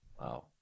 Wow